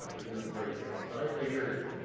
ah they are doing a great job. but, i hear you.